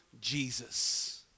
Jesus